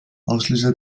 auslöser